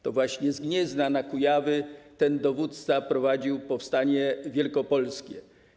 To właśnie z Gniezna na Kujawy ten dowódca prowadził powstanie wielkopolskie.